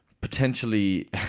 potentially